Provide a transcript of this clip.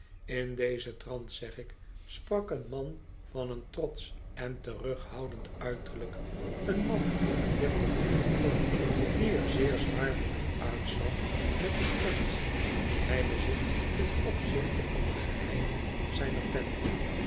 in dezen trant zeg ik sprak een man van een trotsch en terughoudend uiterlijk een man in een deftig uniform die er zeer zwaarmoedig uitzag met de kennis die hg bezit ten opzichte van de geheimen zijner tent